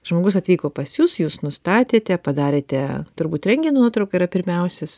žmogus atvyko pas jus jūs nustatėte padarėte turbūt rentgeno nuotrauką yra pirmiausias